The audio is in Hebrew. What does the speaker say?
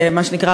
מה שנקרא,